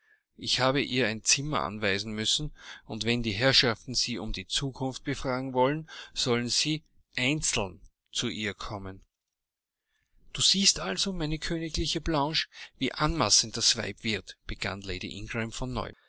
ich habe ihr ein zimmer anweisen müssen und wenn die herrschaften sie um die zukunft befragen wollen sollen sie einzeln zu ihr kommen du siehst also meine königliche blanche wie anmaßend das weib wird begann lady ingram von